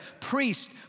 priest